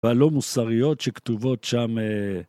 ‫והלא מוסריות שכתובות שם...